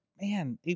man